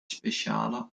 speciale